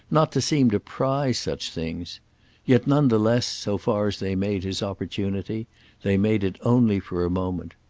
not to seem to prize such things yet, none the less, so far as they made his opportunity they made it only for a moment.